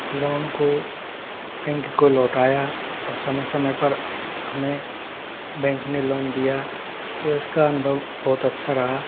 loan को bank को लौटाया और समय समय पर हमें बैंक ने लोन दिया तो इसका अनुभव बहुत अच्छा रहा